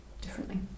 differently